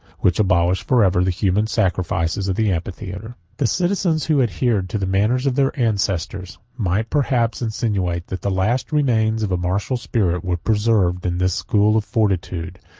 which abolished forever the human sacrifices of the amphitheater. the citizens who adhered to the manners of their ancestors, might perhaps insinuate that the last remains of a martial spirit were preserved in this school of fortitude,